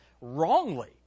wrongly